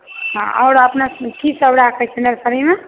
आओर अपने की सभ राखैत छियै नर्सरीमे